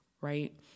right